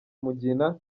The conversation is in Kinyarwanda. mugina